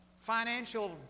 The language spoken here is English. financial